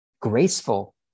graceful